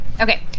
Okay